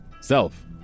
Self